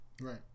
Right